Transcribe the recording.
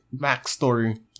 backstory